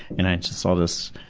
and i just saw this